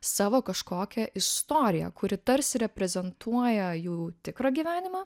savo kažkokią istoriją kuri tarsi reprezentuoja jų tikrą gyvenimą